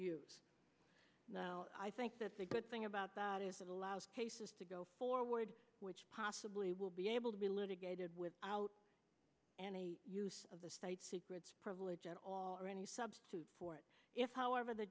know i think that's a good thing about allows cases to go forward which possibly will be able to be litigated without any use of the state secrets privilege at all or any substitute for it if however the